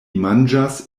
manĝas